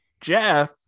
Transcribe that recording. Jeff